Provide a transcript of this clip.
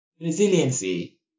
resiliency